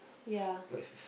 ya